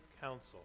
council